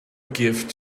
gift